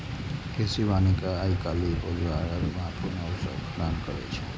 कृषि वानिकी आइ काल्हि रोजगारक महत्वपूर्ण अवसर प्रदान करै छै